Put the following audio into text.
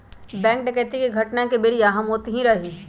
bank डकैती के घटना के बेरिया हम ओतही रही